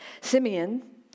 Simeon